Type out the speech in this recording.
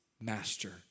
master